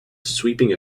sweeping